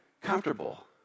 comfortable